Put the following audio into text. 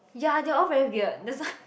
ya they all very weird that's why